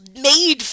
made